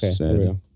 Okay